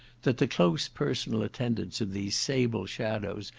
that the close personal attendance of these sable shadows,